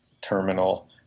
terminal